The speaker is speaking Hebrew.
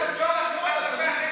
מי אתה שפותח את הג'ורה שלך על אחרים?